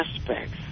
aspects